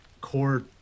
core